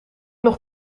nog